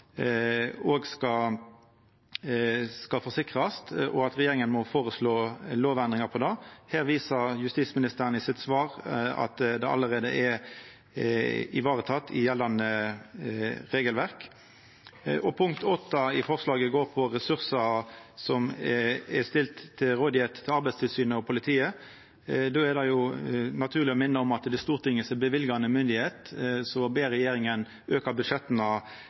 skal forsikrast, og at regjeringa må føreslå lovendringar om det. Justisministeren viser i svaret sitt til at det allereie er vareteke i gjeldande regelverk. Punkt 8 går på ressursar som er stilte til rådigheit for Arbeidstilsynet og politiet. Det er naturleg å minna om at det er Stortinget som er løyvande myndigheit, så å be regjeringa auka budsjetta